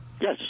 Yes